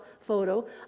photo